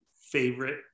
favorite